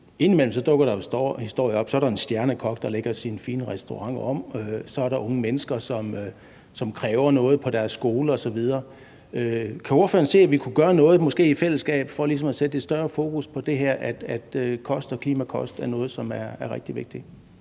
Indimellem dukker der historier op: Så er der en stjernekok, der lægger sin fine restaurant om, så er der unge mennesker, som kræver noget på deres skole osv. Kan ordføreren se, at vi måske i fællesskab kunne gøre noget for ligesom at sætte et større fokus på det her, at kost og klima er noget, som er rigtig vigtigt